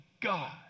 God